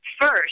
first